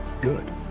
good